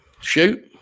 Shoot